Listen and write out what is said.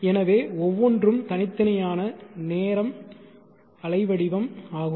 எனவே ஒவ்வொன்றும் தனித்தனியான நேரம் அலை வடிவம் ஆகும்